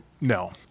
No